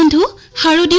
um to have